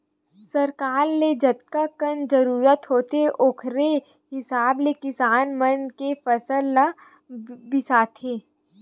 सरकार ल जतकाकन जरूरत होथे ओखरे हिसाब ले किसान मन के फसल ल बिसाथे